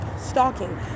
stalking